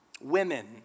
Women